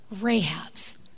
Rahab's